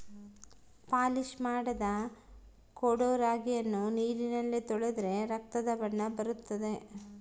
polish ಮಾಡದ ಕೊಡೊ ರಾಗಿಯನ್ನು ನೀರಿನಲ್ಲಿ ತೊಳೆದರೆ ರಕ್ತದ ಬಣ್ಣ ಬರುತ್ತದೆ